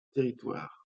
territoire